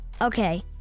Okay